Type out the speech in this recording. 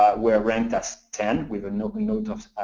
but were ranked as ten, with a note and note